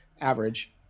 average